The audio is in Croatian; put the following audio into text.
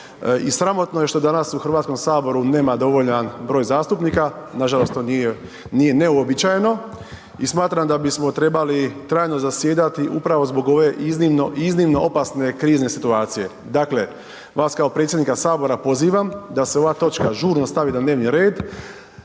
I sramotno je što danas u Hrvatskom saboru nema dovoljan broj zastupnika, nažalost to nije neuobičajeno i smatram da bismo trebali trajno zasjedati upravo zbog ove iznimno, iznimno opasne krizne situacije. Dakle, vas kao predsjednika Sabora pozivam da se ova točka žurno stavi na dnevni red,